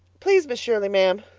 please, miss shirley, ma'am,